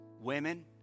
women